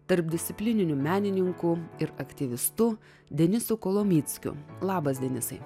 tarpdisciplininiu menininku ir aktyvistu denisu kolomickiu labas denisai